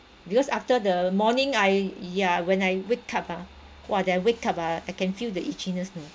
because after the morning I yeah when I wake up ah !wah! that I wake up ah I can feel the itchiness you know